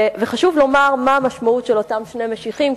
חשוב לומר מה המשמעות של אותם שני משיחים,